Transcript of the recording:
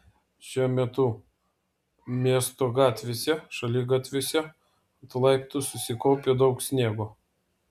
šiuo metu miesto gatvėse šaligatviuose ant laiptų susikaupę daug sniego